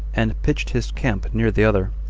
and pitched his camp near the other,